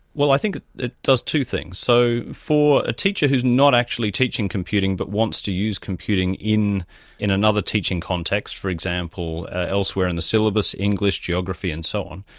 i think it does two things. so for a teacher who is not actually teaching computing but wants to use computing in in another teaching context, for example, elsewhere in the syllabus, english, geography and so on,